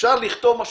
אפשר לכתוב משהו